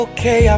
Okay